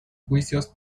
juicios